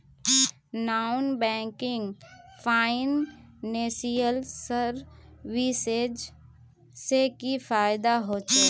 Non banking financial services से की फायदा होचे?